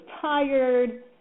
tired